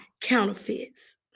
counterfeits